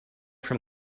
from